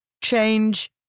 Change